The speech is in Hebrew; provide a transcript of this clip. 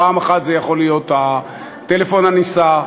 פעם אחת זה יכול להיות הטלפון הנישא,